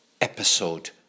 episode